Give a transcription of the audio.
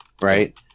right